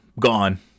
gone